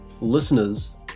listeners